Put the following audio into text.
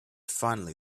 finally